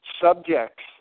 Subjects